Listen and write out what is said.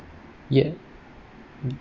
yet